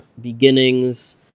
beginnings